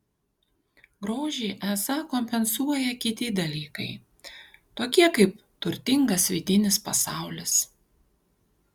grožį esą kompensuoja kiti dalykai tokie kaip turtingas vidinis pasaulis